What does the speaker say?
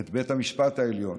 את בית המשפט העליון,